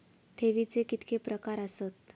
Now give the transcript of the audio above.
ठेवीचे कितके प्रकार आसत?